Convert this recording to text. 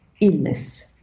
illness